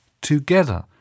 together